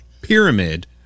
Pyramid